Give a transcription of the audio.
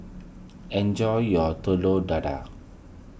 enjoy your Telur Dadah